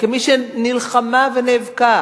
כמי שנלחמה ונאבקה